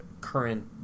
current